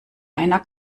einer